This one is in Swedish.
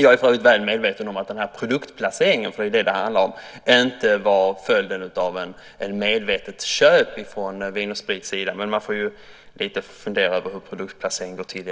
Jag är fuller väl medveten om att denna produktplaceringen - för det är vad det handlar om - inte var följden av ett medvetet köp från Vin & Sprit, men man får i alla fall fundera över hur produktplaceringen går till.